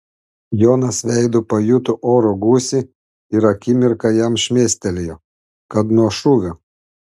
jonas veidu pajuto oro gūsį ir akimirką jam šmėstelėjo kad nuo šūvio